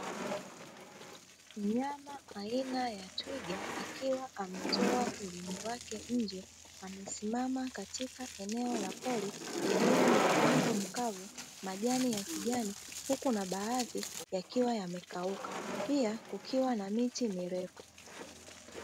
Mnyama aina ya twiga akiwa ametoa ulimi wake nje, amesimama katika eneo la pori lililo na udongo mkavu, majani ya kijani huku na baadhi yakiwa yamekauka, pia kukiwa na miti mirefu.